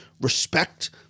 respect